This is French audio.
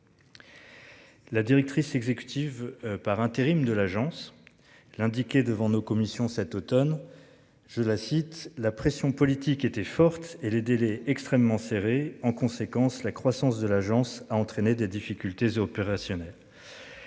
La directrice exécutive par intérim de l'agence l'indiquer devant nos commissions cet Automne. Je la cite, la pression politique était forte et les délais extrêmement. En conséquence, la croissance de l'agence a entraîné des difficultés opérationnelles.